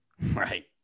right